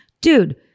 Dude